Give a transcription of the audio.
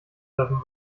treffen